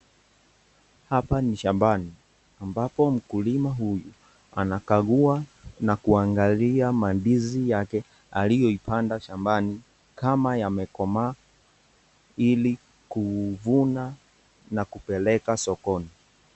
Hapa ni shambani ambapo mkulima huyu anakagua na kuangalia mandizi yake aliyoipanda shambani kama yamekomaa ili kuvuna na kupeleka sokoni.